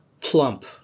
plump